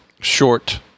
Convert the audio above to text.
short